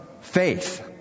faith